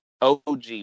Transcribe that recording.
OG